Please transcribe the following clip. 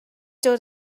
dod